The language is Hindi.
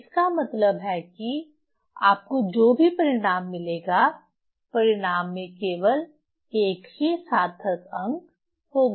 इसका मतलब है कि आपको जो भी परिणाम मिलेगा परिणाम में केवल एक ही सार्थक अंक होगा